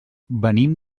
venim